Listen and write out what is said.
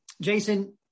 jason